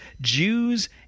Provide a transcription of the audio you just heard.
Jews